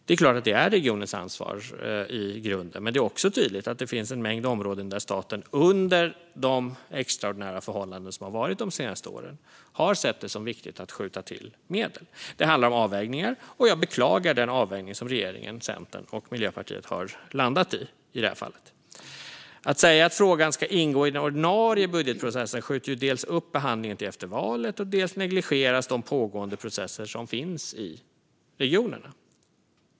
Det är klart att det är regionernas ansvar i grunden, men det är också tydligt att det finns en mängd områden där staten under de extraordinära förhållanden som varit de senaste åren har sett det som viktigt att skjuta till medel. Det handlar om avvägningar, och jag beklagar den avvägning som regeringen, Centern och Miljöpartiet har landat i här. Att säga att frågan ska ingå i den ordinarie budgetprocessen skjuter upp behandlingen till efter valet och negligerar de processer som pågår i regionerna.